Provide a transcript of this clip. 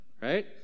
Right